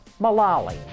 Malali